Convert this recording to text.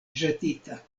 ĵetita